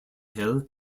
hill